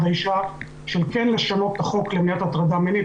האישה של כן לשנות את החוק למניעת הטרדה מינית.